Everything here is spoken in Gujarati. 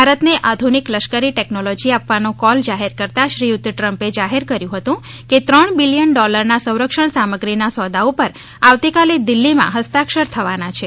ભારત ને આધુનિક લશ્કરી ટેક્નોલોજી આપવાનો કોલ જાહેર કરતાં શ્રીયુત ટ્રમ્પએ જાહેર કર્યું હતું કે ત્રણ બિલિયન ડોલર ના સંરક્ષણ સામગ્રી ના સોદા ઉપર આવતીકાલે દિલ્લી માં હસ્તાક્ષર થવાના છે